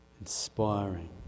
inspiring